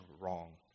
wrong